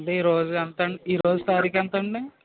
అంటే ఈ రోజు ఎంత ఈ రోజు తారీకు ఎంతండీ